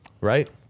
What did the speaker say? Right